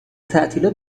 تعطیلات